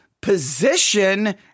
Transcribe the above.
position